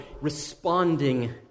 responding